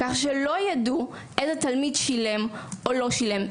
כך שלא יידעו איזה תלמיד שילם או לא שילם,